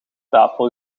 tafel